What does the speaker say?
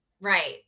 Right